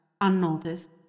unnoticed